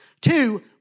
Two